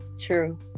true